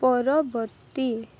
ପରବର୍ତ୍ତୀ